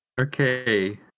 Okay